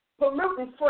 Pollutant-free